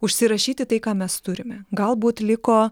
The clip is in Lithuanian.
užsirašyti tai ką mes turime galbūt liko